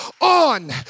on